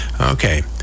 okay